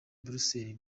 bruxelles